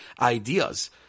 ideas